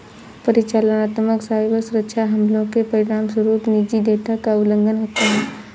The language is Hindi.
परिचालनात्मक साइबर सुरक्षा हमलों के परिणामस्वरूप निजी डेटा का उल्लंघन होता है